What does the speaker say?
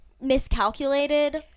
miscalculated